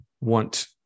want